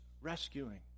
rescuing